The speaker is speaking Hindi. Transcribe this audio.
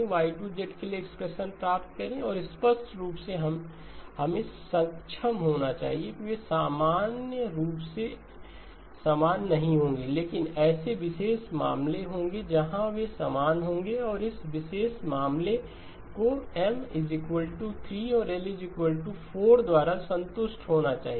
Y2 के लिए एक्सप्रेशन प्राप्त करें और स्पष्ट रूप से हमें सक्षम होना चाहिए वे सामान्य रूप से समान नहीं होंगे लेकिन ऐसे विशेष मामले होंगे जहां वे समान होंगे और इस विशेष मामले को M 3 और एल 4 द्वारा संतुष्ट होना चाहिए